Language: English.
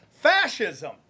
fascism